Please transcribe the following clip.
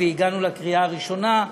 והגענו לקריאה הראשונה,